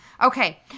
Okay